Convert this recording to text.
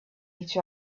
each